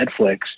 Netflix